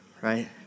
right